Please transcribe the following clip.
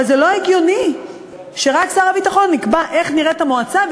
אבל זה לא הגיוני שרק שר הביטחון יקבע איך נראית המועצה,